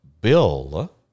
Bill